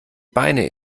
beine